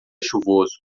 chuvoso